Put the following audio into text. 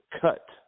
cut